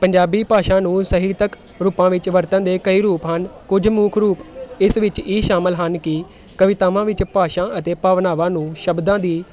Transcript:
ਪੰਜਾਬੀ ਭਾਸ਼ਾ ਨੂੰ ਸਾਹਿਤਕ ਰੂਪਾਂ ਵਿੱਚ ਵਰਤਣ ਦੇ ਕਈ ਰੂਪ ਹਨ ਕੁਝ ਮੁੱਖ ਰੂਪ ਇਸ ਵਿੱਚ ਇਹ ਸ਼ਾਮਿਲ ਹਨ ਕਿ ਕਵਿਤਾਵਾਂ ਵਿੱਚ ਭਾਸ਼ਾ ਅਤੇ ਭਾਵਨਾਵਾਂ ਨੂੰ ਸ਼ਬਦਾਂ ਦੀ